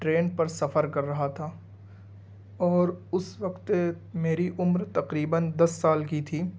train پر سفر کر رہا تھا اور اس وقت میری عمر تقریباً دس سال كی تھی